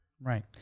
Right